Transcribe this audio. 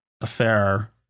affair